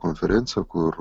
konferencija kur